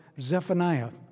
Zephaniah